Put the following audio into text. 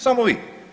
Samo vi.